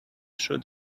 should